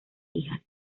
hijas